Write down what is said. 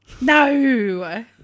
No